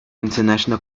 international